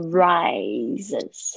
rises